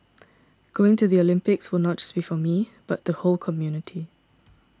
going to the Olympics will not just be for me but the whole community